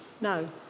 no